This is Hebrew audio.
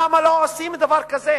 למה לא עושים דבר כזה,